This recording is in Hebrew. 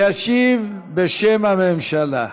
ישיב בשם הממשלה.